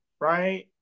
right